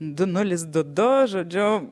du nulis du du žodžiu